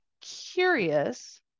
curious